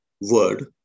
Word